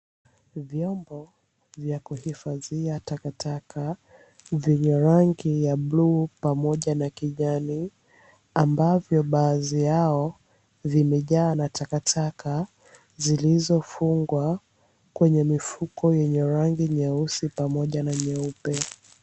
Vyombo vya kuhifadhia takata vyenye rangi ya bluu pamoja na kijani ambavyo baadhi yao vimejaa na takataka zilizofungwa kwenye mifuko ya rangi nyeusi pamoja na nyeupe.